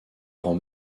rend